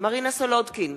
מרינה סולודקין,